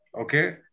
Okay